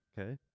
Okay